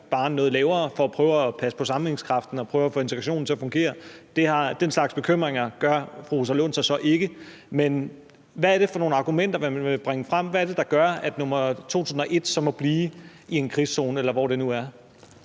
barren noget lavere for at prøve at passe på sammenhængskraften og prøve at få integrationen til at fungere. Den slags bekymringer gør fru Rosa Lund sig så ikke. Men hvad er det for nogle argumenter, man vil bringe frem? Hvad er det, der gør, at nr. 2.001 så må blive i en krigszone, eller hvor det nu er?